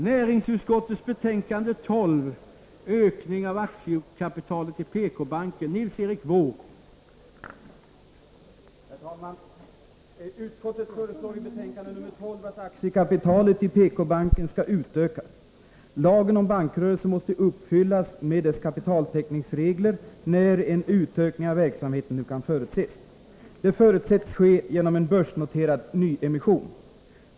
Herr talman! Utskottet föreslår i betänkandet nr 12 att aktiekapitalet i PK-banken skall utökas. Lagen om bankrörelse måste uppfyllas med dess kapitaltäckningsregler, när en utökning av verksamheten nu kan förutses. Det har förutsetts ske genom en börsnoterad nyemission.